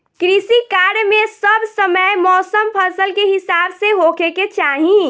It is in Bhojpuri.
कृषि कार्य मे सब समय मौसम फसल के हिसाब से होखे के चाही